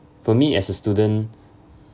for me as a student